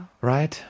Right